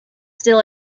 still